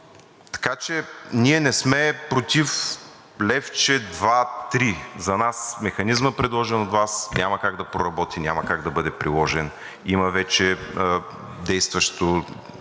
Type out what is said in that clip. Така че ние не сме против левче, два, три. За нас механизмът, предложен от Вас, няма как да проработи и няма как да бъде приложен. Има вече действащо